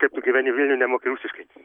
kaip tu gyveni vilniuj nemoki rusiškai